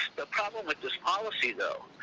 the problem with this policy though,